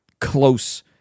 close